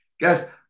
Guys